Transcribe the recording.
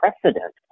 precedent